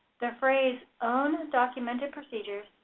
the phrase, own documented procedures,